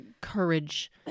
courage